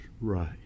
right